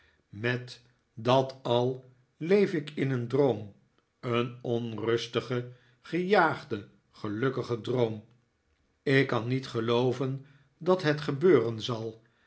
met dat al leef ik in een droom een onrustigen gejaagden gelukkigen droom ik kan niet gelooven dat het gebeuren zal